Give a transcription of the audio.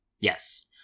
yes